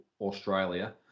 Australia